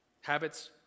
Habits